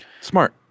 Smart